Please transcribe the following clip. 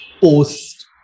post